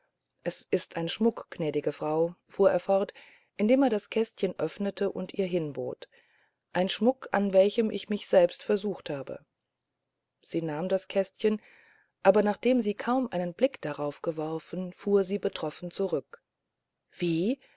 es ist ein schmuck gnädige frau fuhr er fort indem er das kästchen öffnete und ihr hinbot ein schmuck an welchem ich mich selbst versucht habe sie nahm das kästchen aber nachdem sie kaum einen blick darauf geworfen fuhr sie betroffen zurück wie